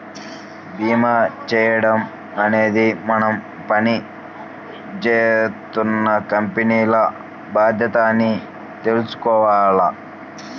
భీమా చేయించడం అనేది మనం పని జేత్తున్న కంపెనీల బాధ్యత అని తెలుసుకోవాల